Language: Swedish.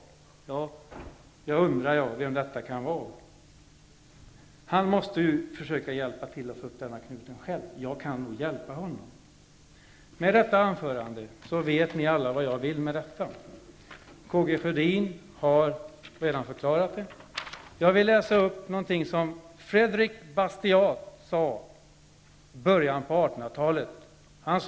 Ja, jag undrar vem det kan vara. Han måste själv försöka hjälpa till att få upp den knuten. Jag kan nog hjälpa honom. Ni vet alla vad jag vill med detta anförande -- K.G. Sjödin har redan förklarat det. Jag vill läsa upp någonting som Frédéric Bastiat sade i början av 1800-talet.